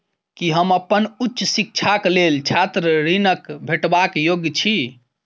की हम अप्पन उच्च शिक्षाक लेल छात्र ऋणक भेटबाक योग्य छी?